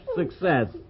success